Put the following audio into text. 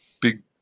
big